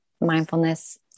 mindfulness